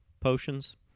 potions